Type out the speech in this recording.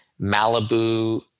Malibu